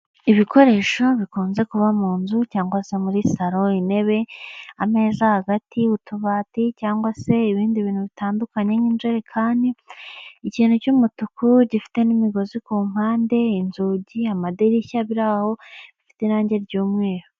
Ibikoresho bikunze kuba mu nzu cyangwa se muri saro, intebe, ameza hagati, utubati cyangwa se ibindi bintu bitandukanye nk'injerekani, ikintu cy'umutuku gifite n'imigozi ku mpande, inzugi, amadirishya biri aho bifite irange ry'umweru.